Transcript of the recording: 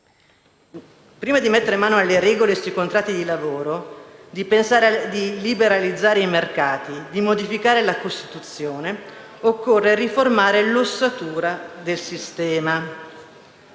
Prima di mettere mano alle regole sui contratti di lavoro, di liberalizzare i mercati e di modificare la Costituzione, occorre riformare l'ossatura del sistema,